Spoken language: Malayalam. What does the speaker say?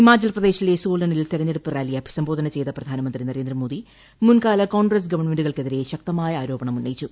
ഹിമാചൽപ്രദേശിലെ സോളനിൽ തെരഞ്ഞെടുപ്പ് റാലിയെ അഭിസംബോധന ചെയ്ത പ്രധാനമന്ത്രി നരേന്ദ്രമോദി മുൻകാല കോൺഗ്രസ്സ് ഗവൺമെന്റുകൾക്കെതിരെ ശക്തമായ ആരോപണം ഉന്നയിച്ചു